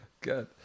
Good